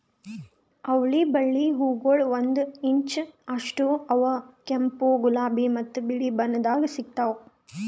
ಅವಳಿ ಬಳ್ಳಿ ಹೂಗೊಳ್ ಒಂದು ಇಂಚ್ ಅಷ್ಟು ಅವಾ ಕೆಂಪು, ಗುಲಾಬಿ ಮತ್ತ ಬಿಳಿ ಬಣ್ಣದಾಗ್ ಸಿಗ್ತಾವ್